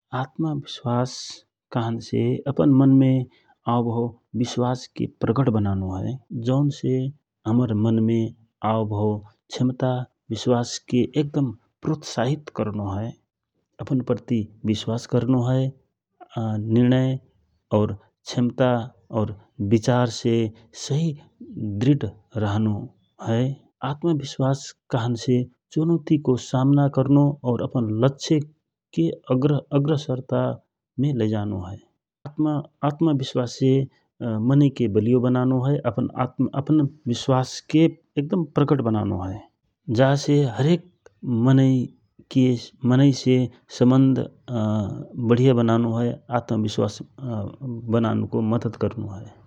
आत्म विश्वास कहन से अमन मनमे आओ विश्वासके प्रकट बनानो हए । जौन से हमर मनमे आओ भौ क्षेमता विश्वासके एकदम प्रोसाइत करनो हए । अपन प्रति विश्वास करनो हए । निर्णय और क्षेमता और विचार से सहि दृढ रहनो हए आत्म विश्वास को समना करनो और अपन लक्षयके अग्रसरतामे लैजानो हए । आत्मा विश्वास से मनै के वलियो बना हए अपन विश्वासके एक दम प्रकढ बनानो हए जसे हरेक मनै से सम्बन्ध बढिया बनानो हए आत्म विश्व बननको मद्दत करनो हए ।